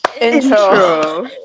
Intro